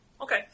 Okay